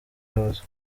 abaswa